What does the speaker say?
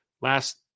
last –